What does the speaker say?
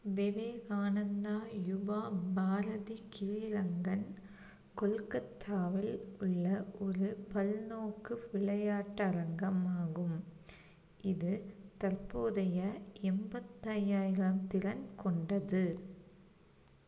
விவேகானந்தா யுபா பாரதி கிரீரங்கன் கொல்கத்தாவில் உள்ள ஒரு பல்நோக்கு விளையாட்டரங்கம் ஆகும் இது தற்போதைய எண்பத்தையாயிரம் திறன் கொண்டது